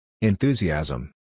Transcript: Enthusiasm